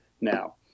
now